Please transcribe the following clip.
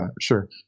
sure